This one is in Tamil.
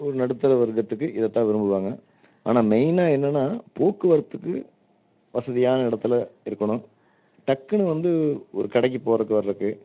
ஒரு நடுத்தர வர்க்கத்துக்கு இதைத்தான் விரும்புவாங்க ஆனால் மெயினாக என்னன்னா போக்குவரத்துக்கு வசதியான இடத்துல இருக்கணும் டக்குனு வந்து ஒரு கடைக்கு போறதுக்கு வர்றதுக்கு